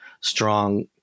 strong